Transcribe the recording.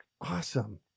Awesome